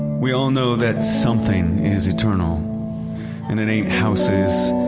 we all know that something is eternal and it ain't houses,